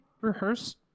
rehearse